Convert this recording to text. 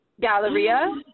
Galleria